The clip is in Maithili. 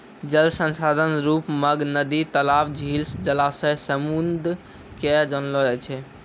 जल संसाधन रुप मग नदी, तलाब, झील, जलासय, समुन्द के जानलो जाय छै